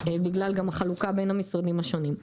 בגלל גם החלוקה בין המשרדים השונים.